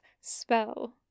spell